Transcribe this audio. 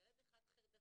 ילד אחד חרדתי,